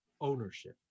Ownership